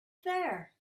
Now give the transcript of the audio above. there